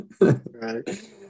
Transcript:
right